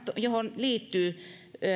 johon liittyy